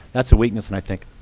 that's a weakness, and i think,